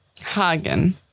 Hagen